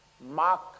Mark